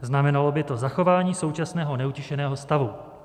Znamenalo by to zachování současného neutěšeného stavu.